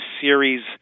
series